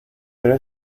pero